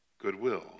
goodwill